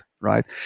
right